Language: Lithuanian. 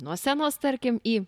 nuo scenos tarkim į